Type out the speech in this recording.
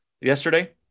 yesterday